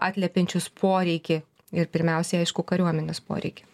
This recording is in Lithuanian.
atliepiančius poreikį ir pirmiausia aišku kariuomenės poreikį